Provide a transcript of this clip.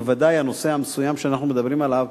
ובוודאי הנושא המסוים שאנחנו מדברים עליו,